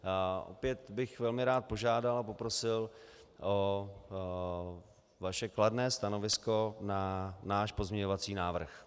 Takže opět bych velmi rád požádal a poprosil o vaše kladné stanovisko na náš pozměňovací návrh.